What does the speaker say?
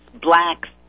blacks